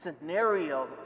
scenario